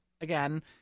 again